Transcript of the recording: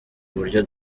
buryo